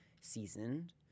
seasoned